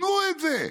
תנו את זה,